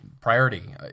priority